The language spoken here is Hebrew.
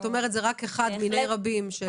את אומרת שזה רק אחד מיני רבים --- בהחלט